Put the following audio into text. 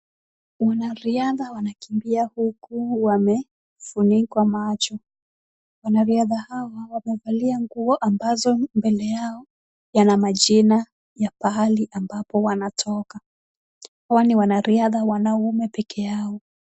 Wanariadha wanakimbia huku wamefunikwa macho. Wanariadha hawa wamevalia nguo ambazo mbele yao yana majina ya pahali ambapo wanatoka. Wale wanariadha wanaume peke yao.